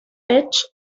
edge